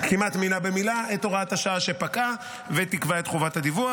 כמעט מילה במילה את הוראת השעה שפקעה ותקבע את חובת הדיווח.